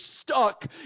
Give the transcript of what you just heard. stuck